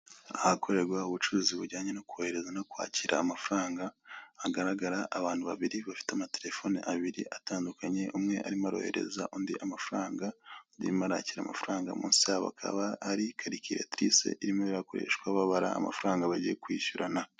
Ahakorerwa ubucuruzi bujyanye no kohereza no kwakira amafaranga, hagaragara abantu babiri bafite amatelefoni abiri atandukanye, umwe arimo aroherereza undi amafaranga, undi arimo arakira amafaranga; munsi yabo hakaba hari karikiratirise irimo irakoreshwa babara amafaranga bagiye kwishyurana.